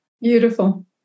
Beautiful